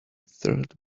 third